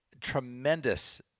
tremendous